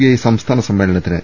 I സംസ്ഥാന സമ്മേളനത്തിന്